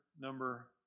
number